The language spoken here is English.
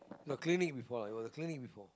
got clinic before lah it was a clinic before